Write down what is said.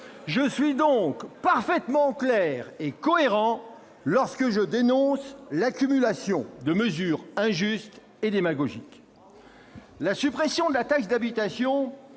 je suis donc parfaitement clair et cohérent lorsque je dénonce l'accumulation de mesures injustes et démagogiques. La suppression de la taxe d'habitation